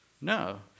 No